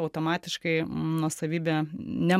automatiškai nuosavybė ne